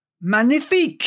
magnifique